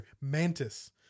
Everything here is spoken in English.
Mantis